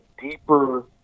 deeper